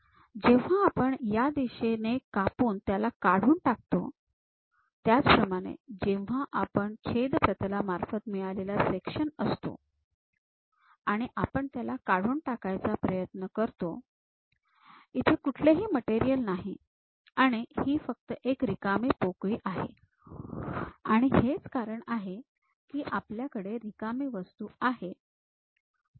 जेव्हा आपण या दिशेने कापून त्याला काढून टाकतो त्याचप्रमाणे जेव्हा आपल्याला छेद प्रतलामार्फत मिळालेला सेक्शन असतो आणि आपण त्याला काढून टाकायचा प्रयत्न करतो इथे कुठलेही मटेरियल नाही आणि ही फक्त एक रिकामी पोकळी आहे आणि हेच कारण आहे की आपल्याकडे रिकामी वस्तू आहे